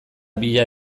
bila